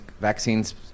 Vaccines